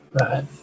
Right